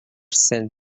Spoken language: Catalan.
cent